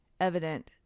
evident